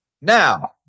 Now